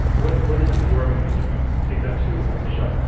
what what is it that you are going to be doing? take that to michele.